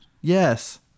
Yes